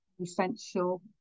essential